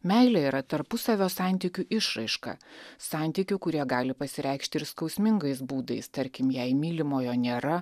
meilė yra tarpusavio santykių išraiška santykių kurie gali pasireikšti ir skausmingais būdais tarkim jei mylimojo nėra